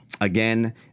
again